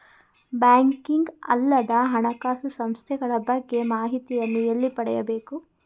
Banking ಅಲ್ಲದ ಹಣಕಾಸು ಸಂಸ್ಥೆಗಳ ಬಗ್ಗೆ ಮಾಹಿತಿಯನ್ನು ಎಲ್ಲಿ ಪಡೆಯಬೇಕು?